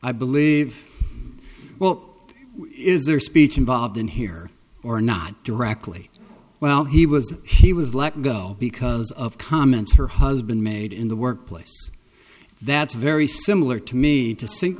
i believe well is their speech involved in here or not directly well he was she was let go because of comments her husband made in the workplace that's very similar to me to sink